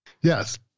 Yes